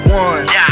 one